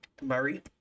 Murray